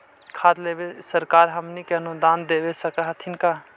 खाद लेबे सरकार हमनी के अनुदान दे सकखिन हे का?